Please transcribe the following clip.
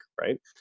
Right